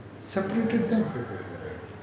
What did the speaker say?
separated them